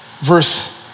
Verse